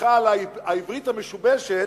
סליחה על העברית המשובשת,